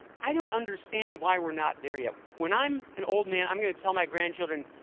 i don't understand why we're not there yet. when i'm an old man, i'm going to tell my grandchildren,